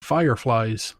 fireflies